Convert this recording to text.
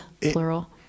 plural